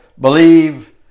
believe